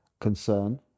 concern